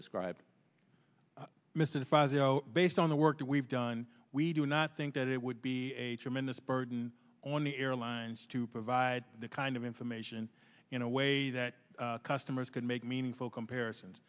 know based on the work that we've done we do not think that it would be a tremendous burden on the airlines to provide the kind of information in a way that customers could make meaningful comparisons